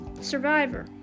Survivor